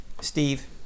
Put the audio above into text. Steve